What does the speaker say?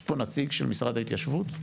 יש פה נציג של משרד ההתיישבות?